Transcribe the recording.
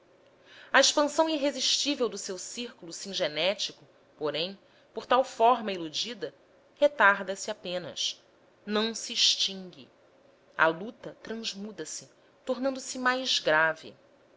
a expansão irresistível do seu círculo singenético porém por tal forma iludida retarda se apenas não se extingue a luta transmuda se tornando-se mais grave